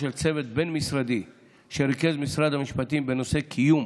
של צוות בין-משרדי שריכז משרד המשפטים בנושא קיום